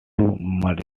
merge